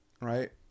right